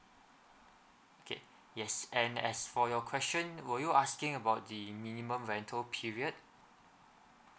okay yes and as for your question were you asking about the minimum rental period